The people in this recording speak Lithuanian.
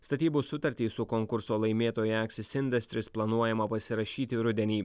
statybų sutartį su konkurso laimėtoja eksis indestrys planuojama pasirašyti rudenį